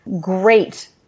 great